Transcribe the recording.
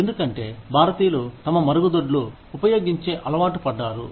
ఎందుకంటే భారతీయులు తమ మరుగుదొడ్లు ఉపయోగించి అలవాటు పడ్డారు